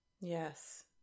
Yes